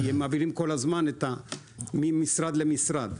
כי הם מעבירים כל הזמן ממשרד למשרד.